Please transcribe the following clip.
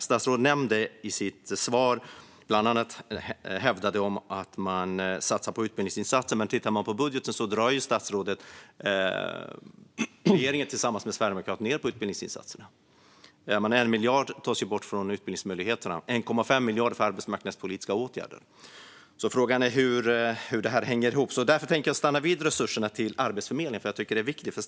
Statsrådet hävdade i sitt svar bland annat att man gör utbildningsinsatser, men den som tittar på budgeten ser att regeringen tillsammans med Sverigedemokraterna drar ned på utbildningsinsatserna - det tas ju bort 1 miljard från utbildningsmöjligheterna och 1,5 miljarder från arbetsmarknadspolitiska åtgärder. Frågan är hur detta hänger ihop. Därför tänker jag stanna vid resurserna till Arbetsförmedlingen. Jag tycker att detta är viktigt.